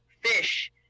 fish